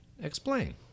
Explain